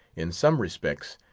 in some respect,